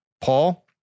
Paul